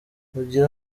mugire